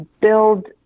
build